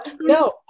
No